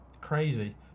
crazy